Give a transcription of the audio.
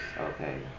okay